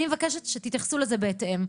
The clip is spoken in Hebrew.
אני מבקשת שתתייחסו לזה בהתאם.